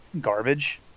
garbage